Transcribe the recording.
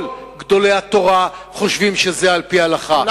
כל גדולי התורה חושבים שזה על-פי ההלכה,